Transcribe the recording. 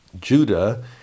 Judah